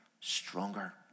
stronger